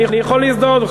אני יכול להזדהות.